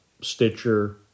Stitcher